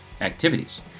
activities